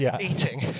eating